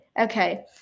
Okay